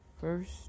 first